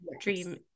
dream